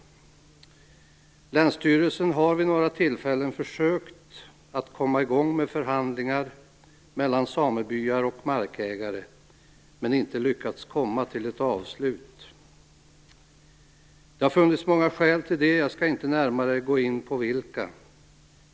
Länsstyrelsen har vid några tillfällen försökt komma i gång med förhandlingar mellan samebyar och markägare men inte lyckats komma till ett avslut. Det har funnits många skäl till det; jag skall inte närmare gå in på vilka.